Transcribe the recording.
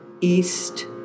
east